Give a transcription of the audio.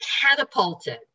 catapulted